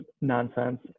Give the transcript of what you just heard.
nonsense